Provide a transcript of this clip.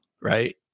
right